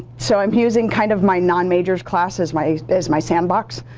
so i'm using kind of my non major class as my but as my sandbox,